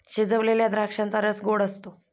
शिजवलेल्या द्राक्षांचा रस गोड असतो